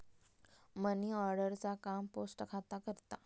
money order चा काम post खाता करता